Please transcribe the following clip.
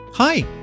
Hi